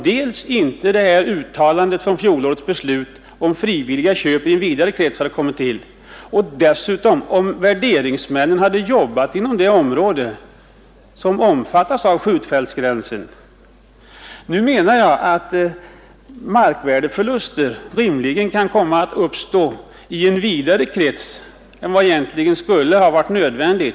Detta beror dels på uttalandet om frivilliga köp utanför gränsen som kom till i samband med fjolårets beslut och dels på att värderingsmännen hade jobbat utanför det område som omfattas av skjutfältsgränsen. Markvärdeförluster kan alltså komma att uppstå i en vidare krets än vad som egentligen skulle ha varit nödvändigt.